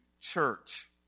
church